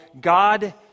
God